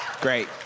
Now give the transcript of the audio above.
Great